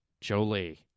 Jolie